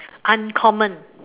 uncommon